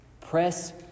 press